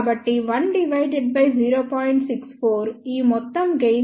64 ఈ మొత్తం గెయిన్ సుమారు 1